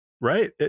right